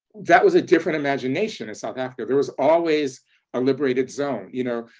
that was a different imagination in south africa, there was always a liberated zone, you know,